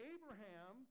Abraham